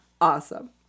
awesome